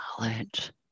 knowledge